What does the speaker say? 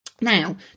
Now